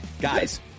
guys